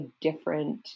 different